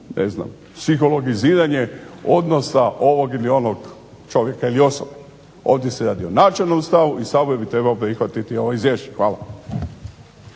ju u psihologiziranje odnosa ovog ili onog čovjeka ili osobe. Ovdje se radi o načelnom stavu i Sabor bi trebao prihvatiti ovo izvješće. Hvala.